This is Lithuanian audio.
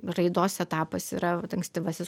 raidos etapas yra vat ankstyvasis